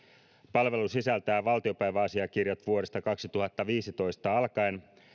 palvelu sisältää valtiopäiväasiakirjat vuodesta kaksituhattaviisitoista alkaen